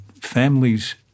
families